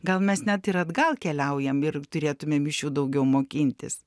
gal mes net ir atgal keliaujam ir turėtumėm iš jų daugiau mokintis